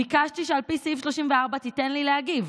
ביקשתי שעל פי סעיף 34 תיתן לי להגיב.